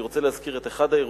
אני רוצה להזכיר את אחד האירועים: